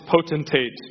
potentate